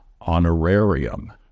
honorarium